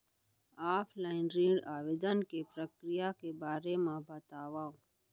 Offline ऋण आवेदन के प्रक्रिया के बारे म बतावव?